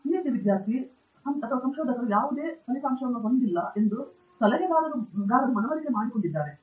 D ವಿದ್ಯಾರ್ಥಿ ಸಂಶೋಧಕರು ಯಾವುದೇ ಫಲಿತಾಂಶವನ್ನು ಹೊಂದಿಲ್ಲ ಎಂದು ಸಲಹೆಗಾರರಿಗೆ ಮನವರಿಕೆಯಾದರೆ ಸಲಹೆಗಾರನು ಹೇಳುತ್ತಿಲ್ಲವಾದರೂ ಸಹ